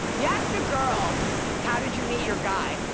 yeah ask a girl how did you meet your guy,